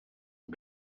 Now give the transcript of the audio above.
aux